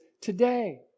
today